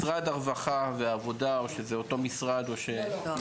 משרד הרווחה והעבודה, או שזה אותו משרד, או שנפרד.